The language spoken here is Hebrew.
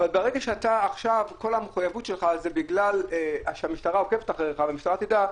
אבל ברגע שכל המחויבות שלך היא בגלל שהמשטרה עוקבת אחריך והמשטרה תדע,